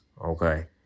okay